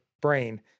brain